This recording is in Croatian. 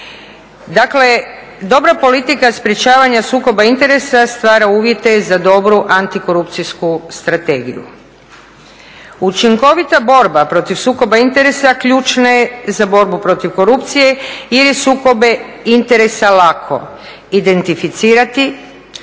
Dakle, dobra politika sprječavanja sukoba interesa stvara uvjete za dobru antikorupcijsku strategiju. Učinkovita borba protiv sukoba interesa ključna je za borbu protiv korupcije ili sukobe interesa lako identificirati,